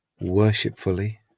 worshipfully